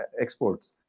exports